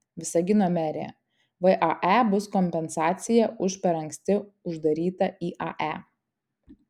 visagino merė vae bus kompensacija už per anksti uždarytą iae